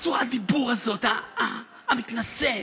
בצורת הדיבור הזאת, המתנשאת,